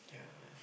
yeah